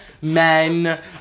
men